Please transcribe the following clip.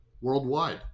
worldwide